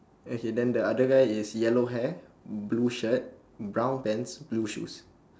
okay then the other guy is yellow hair blue shirt brown pants blue shoes